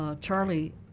Charlie